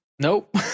Nope